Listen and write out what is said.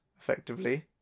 effectively